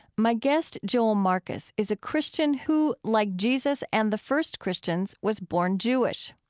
my guest, joel marcus, is a christian who, like jesus and the first christians, was born jewish.